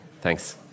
Thanks